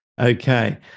okay